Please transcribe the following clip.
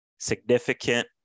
significant